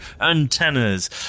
antennas